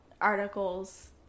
articles